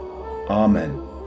Amen